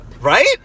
Right